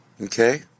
Okay